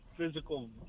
physical